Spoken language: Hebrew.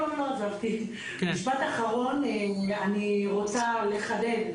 אני רוצה לחדד.